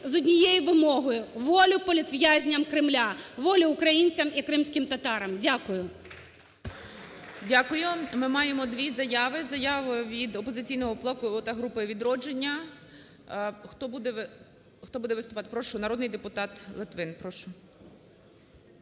з однією вимогою: волю політв'язням Кремля, волю українцям і кримським татарам! Дякую. ГОЛОВУЮЧИЙ. Дякую. Ми маємо дві заяви, заяви від "Опозиційного блоку" та групи "Відродження". Хто буде виступати? Народний депутат Литвин,